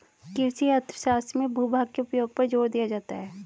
कृषि अर्थशास्त्र में भूभाग के उपयोग पर जोर दिया जाता है